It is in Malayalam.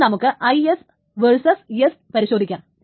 ഇനി നമുക്ക് IS vs S പരിശോധിക്കണം